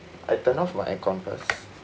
I turn off my air-cond first